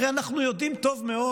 הרי אנחנו יודעים טוב מאוד,